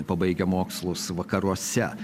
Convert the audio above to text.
pabaigę mokslus vakaruose